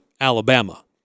Alabama